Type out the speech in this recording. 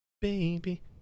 Baby